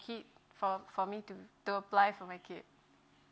kid for for me to to apply for my kid